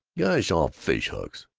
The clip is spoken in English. gosh all fishhooks!